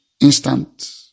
instant